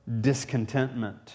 discontentment